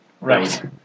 Right